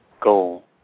goal